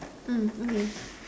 mm okay